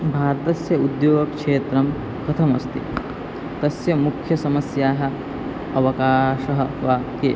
भारतस्य उद्योगक्षेत्रं कथम् अस्ति तस्य मुख्यसमस्याः अवकाशः वा के